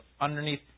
underneath